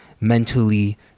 mentally